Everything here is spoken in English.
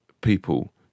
people